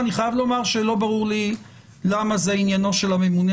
אני חייב לומר שלא ברור לי למה זה עניינו של הממונה